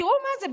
תראו מה זה.